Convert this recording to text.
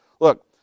Look